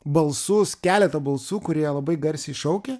balsus keletą balsų kurie labai garsiai šaukia